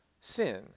sin